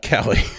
Callie